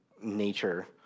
nature